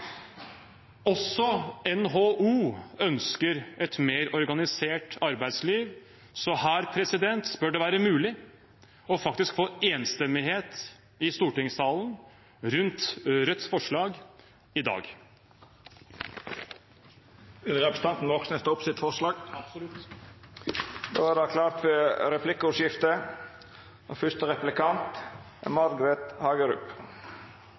Også NHO ønsker et mer organisert arbeidsliv, så her bør det være mulig faktisk å få enstemmighet i stortingssalen om Rødts forslag i dag. Vil representanten ta opp sitt forslag? Absolutt. Representanten Bjørnar Moxnes har teke opp det forslaget han refererte til. Det vert replikkordskifte. Bemanningsbransjen er